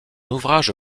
ouvrage